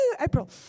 April